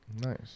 Nice